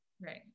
right